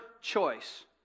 choice